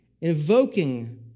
invoking